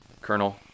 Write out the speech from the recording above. Colonel